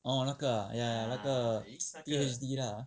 orh 那个 ah ya ya 那个 P_H_D lah